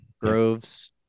Groves